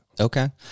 Okay